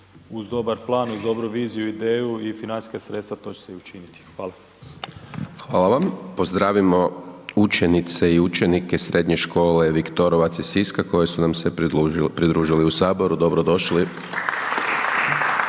uz dobar plan, uz dobru viziju, ideju i financijska sredstva to će se učiniti. Hvala. **Hajdaš Dončić, Siniša (SDP)** Hvala. Pozdravimo učenice i učenike srednje škole Viktorovac iz Siska koji su nam se pridružili u Saboru. Dobro došli!